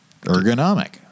Ergonomic